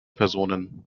personen